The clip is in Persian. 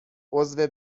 عضو